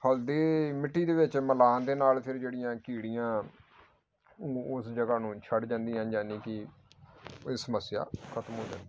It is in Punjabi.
ਹਲਦੀ ਮਿੱਟੀ ਦੇ ਵਿੱਚ ਮਿਲਾਉਣ ਦੇ ਨਾਲ ਫਿਰ ਜਿਹੜੀਆਂ ਕੀੜੀਆਂ ਉ ਉਸ ਜਗ੍ਹਾ ਨੂੰ ਛੱਡ ਜਾਂਦੀਆਂ ਯਾਨੀ ਕਿ ਇਹ ਸਮੱਸਿਆ ਖ਼ਤਮ ਹੋ ਜਾਂਦੀ ਹੈ